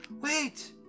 Wait